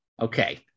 Okay